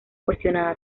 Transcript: cuestionada